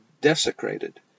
desecrated